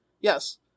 Yes